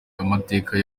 amateka